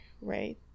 right